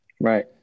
right